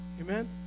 Amen